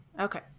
Okay